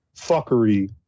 fuckery